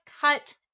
cut